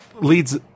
leads